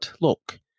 look